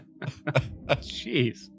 Jeez